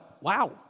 wow